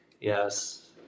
Yes